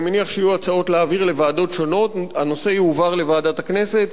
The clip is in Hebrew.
אני מניח שיהיו הצעות להעביר לוועדות שונות והנושא יועבר לוועדת הכנסת,